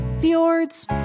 fjords